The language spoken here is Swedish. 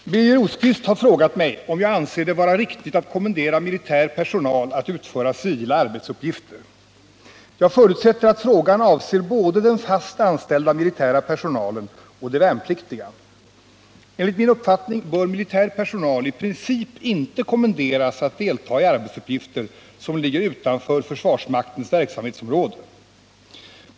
Herr talman! Birger Rosqvist har frågat mig om jag anser det vara riktigt att kommendera militär personal att utföra civila arbetsuppgifter. Jag förutsätter att frågan avser både den fast anställda militära personalen och de värnpliktiga. Enligt min uppfattning bör militär personal i princip inte kommenderas att delta i arbetsuppgifter som ligger utanför försvarsmaktens verksamhetsområde.